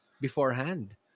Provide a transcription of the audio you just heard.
beforehand